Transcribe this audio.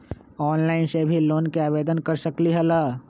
Online से भी loan के आवेदन कर सकलीहल?